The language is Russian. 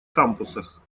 кампусах